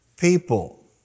people